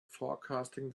forecasting